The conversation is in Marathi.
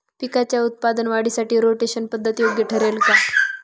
पिकाच्या उत्पादन वाढीसाठी रोटेशन पद्धत योग्य ठरेल का?